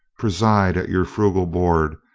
preside at your frugal board,